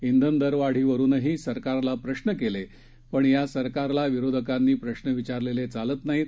इंधन दरवाढीवरूनही सरकारला प्रश्न केले पण या सरकारला विरोधकांनी प्रश्न विचारलेले चालत नाहीत